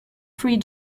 free